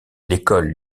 l’école